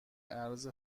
ارز